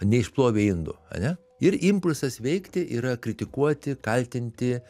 neišplovė indų ane ir impulsas veikti yra kritikuoti kaltinti